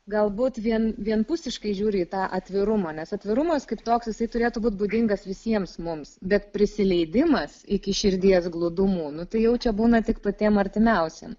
galbūt vien vienpusiškai žiūri į tą atvirumą nes atvirumas kaip toks jisai turėtų būt būdingas visiems mums bet prisileidimas iki širdies glūdumų nu tai jau čia būna tik patiem artimiausiem